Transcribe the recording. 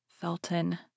Felton